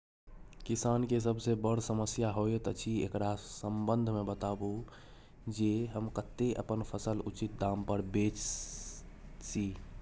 किसान के सबसे बर समस्या होयत अछि, एकरा संबंध मे बताबू जे हम कत्ते अपन फसल उचित दाम पर बेच सी?